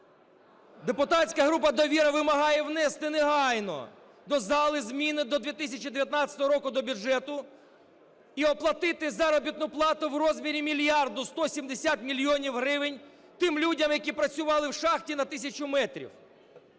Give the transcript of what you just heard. Депутатська група "Довіра" вимагає внести негайно до зали зміни до 2019 року до бюджету і оплатити заробітну плату в розмірі 1 мільярду 170 мільйонів гривень тим людям, які працювали в шахті на тисячу метрів.